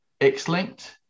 X-linked